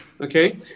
okay